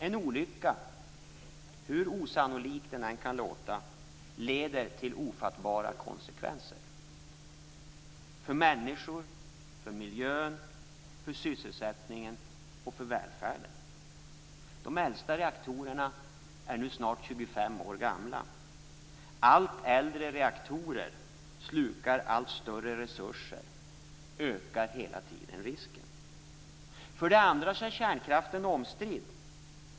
En olycka, hur osannolik den än kan vara, leder till ofattbara konsekvenser för människor, för miljön, för sysselsättningen och för välfärden. De äldsta reaktorerna är nu snart 25 år gamla. Allt äldre reaktorer slukar allt större resurser, och risken ökar hela tiden. För det andra är kärnkraften omstridd.